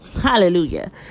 Hallelujah